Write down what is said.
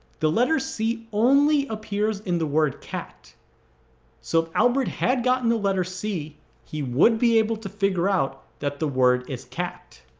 the letter c only appears in the word cat so albert had gotten the letter c he would be able to figure out that the word is cat.